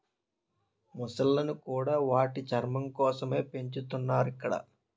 మొసళ్ళను కూడా వాటి చర్మం కోసమే పెంచుతున్నారు ఇక్కడ